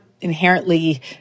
inherently